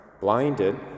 blinded